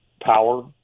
power